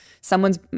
someone's